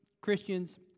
Christians